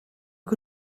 que